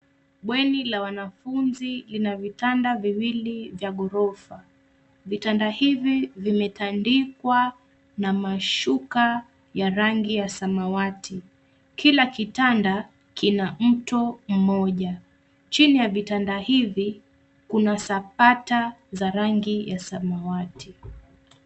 Bweni la wanafunzi lina vitanda viwili vya ghorofa. Vitanda hivi vimetandikwa kwa mashuka ya rangi ya samawati. Kila kitanda kina mto mmoja. Chini ya vitanda, hivi kuna sapata za rangi ya samawati.